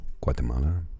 guatemala